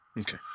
Okay